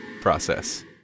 process